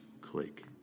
Click